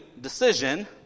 decision